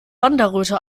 wanderröte